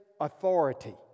authority